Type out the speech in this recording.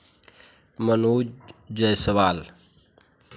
Manoj Jaiswal